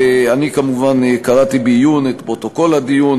אני כמובן קראתי בעיון את פרוטוקול הדיון,